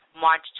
March